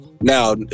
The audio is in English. Now